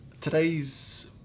Today's